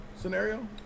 scenario